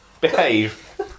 Behave